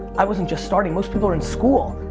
i wasn't just starting. most people are in school,